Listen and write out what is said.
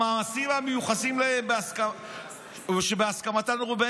המעשים המיוחסים להם ושבהסכמתם אנו רואים